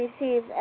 receive